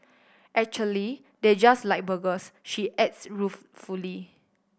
actually they just like burgers she adds ruefully